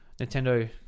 Nintendo